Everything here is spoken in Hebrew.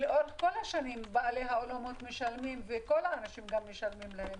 שלאורך כל השנים בעלי האולמות וכל האנשים משלמים להן